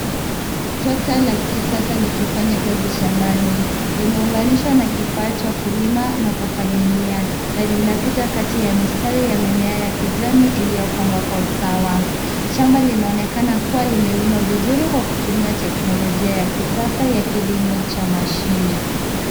Trekta la kisasa likifanya kazi shambani. Limeunganishwa na kifaa cha kulima na kupalilia na linapita kati ya mistari ya mimea ya kijani iliyopangwa kwa usawa. Shamba linaonekana kuwa limelimwa vizuri kwa kutumia teknolojia ya kisasa ya kilimo cha mashine.